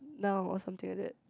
now or something like that